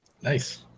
Nice